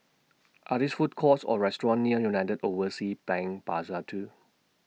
Are These Food Courts Or restaurants near United Overseas Bank Plaza two